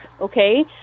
okay